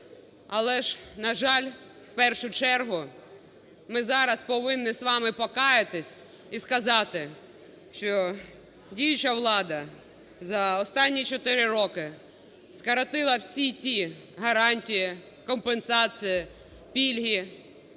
але ж, на жаль, в першу чергу, ми зараз повинні з вами покаятись і сказати, що діюча влада за останні 4 роки скоротила всі ті гарантії, компенсації, пільги,